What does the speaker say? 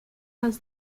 has